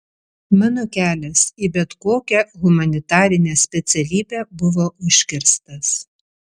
mano kelias į bet kokią humanitarinę specialybę buvo užkirstas